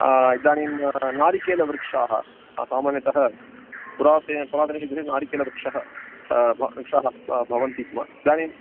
इदानीं नारिकेलवृक्षाः सामान्यतः पुरात नारिकेलक्षाः वृक्षाः भवन्ति स्म इदानीम्